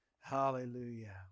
Hallelujah